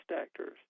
actors